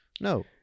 No